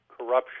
corruption